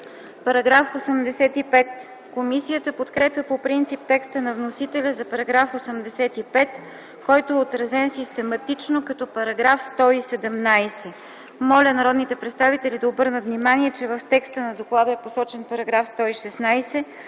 МИХАЙЛОВА: Комисията подкрепя по принцип текста на вносителя за § 85, който е отразен систематично като § 117. Моля народните представители да обърнат внимание, че в текста на доклада е посочен § 116,